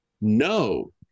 No